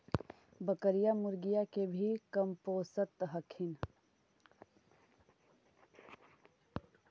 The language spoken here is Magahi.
बकरीया, मुर्गीया के भी कमपोसत हखिन?